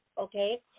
Okay